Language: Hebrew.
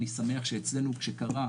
אני שמח שאצלנו כשקרה,